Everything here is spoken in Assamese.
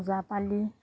ওজাপালি